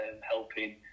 helping